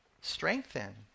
strengthen